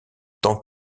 tant